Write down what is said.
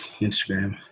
Instagram